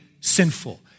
sinful